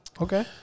Okay